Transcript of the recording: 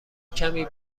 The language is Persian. کمی